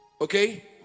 Okay